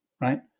right